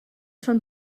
schon